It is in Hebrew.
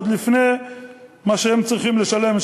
עוד לפני מה שהם צריכים לשלם,